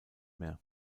mehr